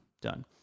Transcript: done